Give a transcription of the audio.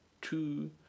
two